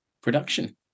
production